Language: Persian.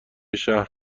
شهر